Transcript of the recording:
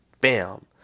bam